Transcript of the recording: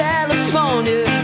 California